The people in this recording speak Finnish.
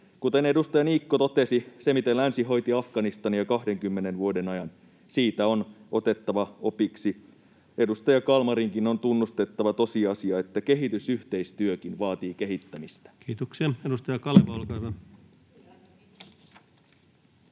Kuten edustaja Niikko totesi: siitä, miten länsi hoiti Afganistania 20 vuoden ajan, on otettava opiksi. Edustaja Kalmarinkin on tunnustettava se tosiasia, että kehitysyhteistyökin vaatii kehittämistä. [Speech 60] Speaker: